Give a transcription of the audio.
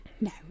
No